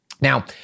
Now